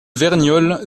verniolle